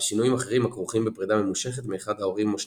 ושינויים אחרים הכרוכים בפרידה ממושכת מאחד ההורים או שניהם.